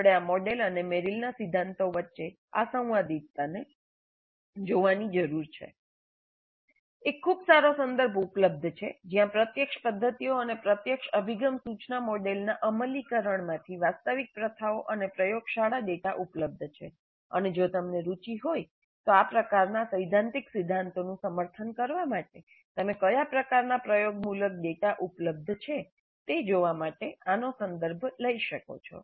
આપણે આ મોડેલ અને મેરિલના સિદ્ધાંતો વચ્ચે આ સંવાદિતતાને જોવાની જરૂર છે એક ખૂબ સારો સંદર્ભ ઉપલબ્ધ છે જ્યાં પ્રત્યક્ષ પદ્ધતિઓ અને પ્રત્યક્ષ અભિગમ સૂચના મોડેલના અમલીકરણમાંથી વાસ્તવિક પ્રથાઓ અને પ્રયોગશાળા ડેટા ઉપલબ્ધ છે અને જો તમને રુચિ હોય તો આ પ્રકારના સૈદ્ધાંતિક સિદ્ધાંતોનું સમર્થન કરવા તમે કયા પ્રકારનાં પ્રયોગમૂલક ડેટા ઉપલબ્ધ છે તે જોવા માટે આનો સંદર્ભ લઈ શકો છો